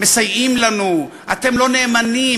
מסייעים לנו, אתם לא נאמנים.